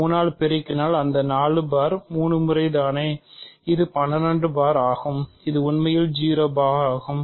3 ஆல் பெருக்கினால் அது 4 பார் 3 முறை தானே இது 12 பார் ஆகும் இது உண்மையில் 0 பார் ஆகும்